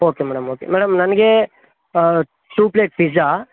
okay madam okay madam ನನಗೆ two plate pizza